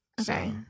Okay